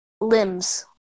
Limbs